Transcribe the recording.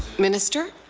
minister?